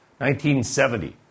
1970